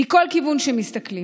מכל כיוון שמסתכלים.